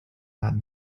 that